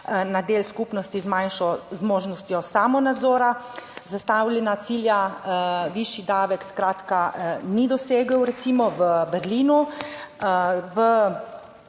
na del skupnosti z manjšo zmožnostjo samonadzora, zastavljena cilja višji davek, skratka ni dosegel, recimo v Berlinu,